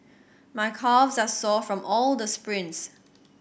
my calves are sore from all the sprints